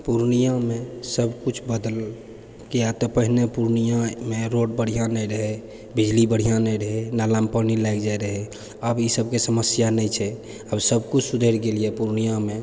पूर्णियामे सब किछु बदलि किया तऽ पहिने पूर्णियामे रोड बढ़िआँ नहि रहै बिजली बढ़िआँ नहि रहै नालामे पानि लागि जाइ रहै अब ई सबके समस्या नहि छै अब सबकिछु सुधरि गेल यऽ पूर्णियामे